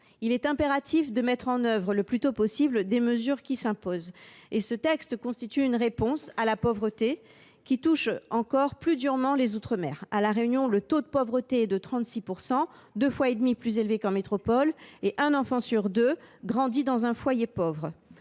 Il est impératif de mettre en œuvre le plus tôt possible les mesures qui s’imposent. Ce texte constitue une réponse à la pauvreté qui touche encore plus durement les outre mer. À La Réunion, le taux de pauvreté atteint 36 %, soit 2,5 fois plus qu’en métropole, et un enfant sur deux grandit dans un foyer pauvre.